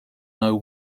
know